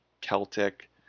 Celtic